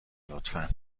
لطفا